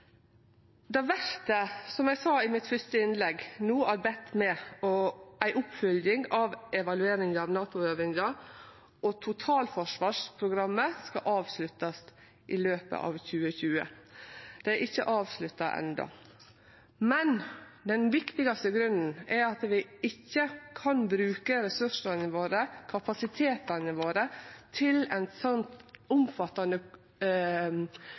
Som eg sa i mitt fyrste innlegg, vert det no arbeidd med ei oppfylging av evalueringa av NATO-øvinga, og totalforsvarsprogrammet skal avsluttast i løpet av 2020. Det er ikkje avslutta enno. Men den viktigaste grunnen er at vi ikkje kan bruke ressursane våre og kapasitetane våre på eit så omfattande